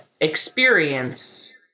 experience